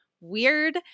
weird